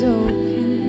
open